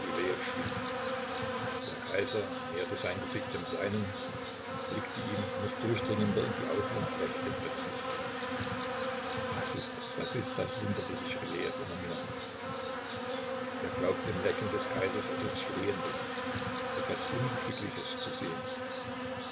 der kaiser näherte sein gesicht dem seinen blickte ihm noch durchdringender in die augen und lächelte plötzlich was ist das was ist das wunderte sich rylejew immer mehr er glaubte im lächeln des kaisers etwas flehendes etwas unglückliches zu sehen